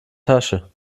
tasche